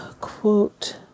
quote